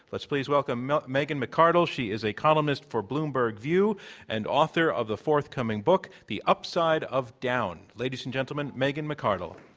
let's please welcomemegan mcardle. she is a columnist for bloomberg view and author of the forthcoming book, the up side of down. ladies and gentlemen, megan mcardle.